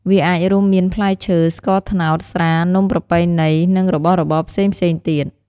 វាអាចរួមមានផ្លែឈើ, ស្ករត្នោត, ស្រា, នំប្រពៃណី និងរបស់របរផ្សេងៗទៀត។